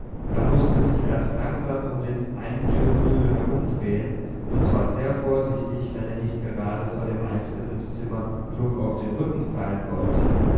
er mußte sich erst langsam um den einen türflügel herumdrehen und zwar sehr vorsichtig wenn er nicht gerade vor dem eintritt ins zimmer plump auf den rücken fallen wollte